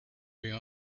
you